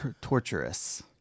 Torturous